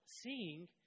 seeing